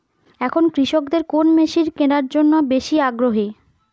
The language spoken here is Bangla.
এখন কৃষকদের কোন মেশিন কেনার জন্য বেশি আগ্রহী?